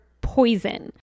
poison